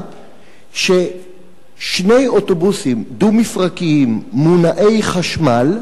ששני אוטובוסים דו-מפרקיים, מונעי חשמל,